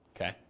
Okay